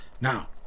Now